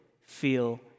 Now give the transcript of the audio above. feel